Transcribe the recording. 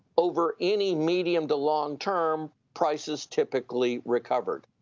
over any medium to long-term, prices typically recovered,